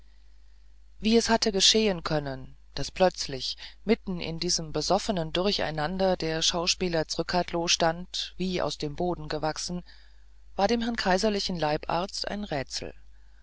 wie es hatte geschehen könnte daß plötzlich mitten in diesem besoffenen durcheinander der schauspieler zrcadlo stand wie aus dem boden gewachsen war dem herrn kaiserlichen leibarzt ein rätsel